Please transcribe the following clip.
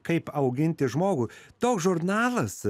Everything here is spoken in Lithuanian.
kaip auginti žmogų toks žurnalas